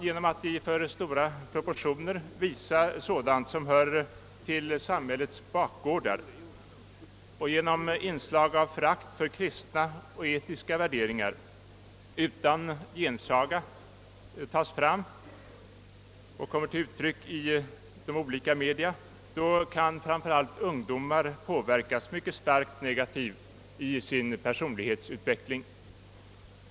Genom att man i alltför stor utsträckning sänder sådant som hör till samhällets bakgårdar och i de olika etermedia tillåter programinslag som visar förakt för kristna och etiska värderingar, kan framför allt de unga påverkas mycket starkt negativt i sin personlighetsutveckling.